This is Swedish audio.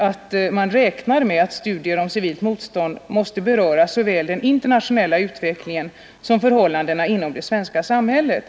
Utskottet räknar med att civilt motstånd måste beröra såväl den internationella utvecklingen som förhållandena inom det svenska samhället.